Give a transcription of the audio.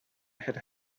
had